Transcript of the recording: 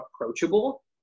approachable